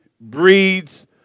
breeds